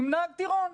עם נהג טירון,